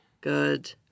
Good